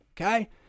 okay